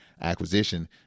acquisition